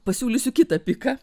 pasiūlysiu kitą pyką